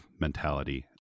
mentality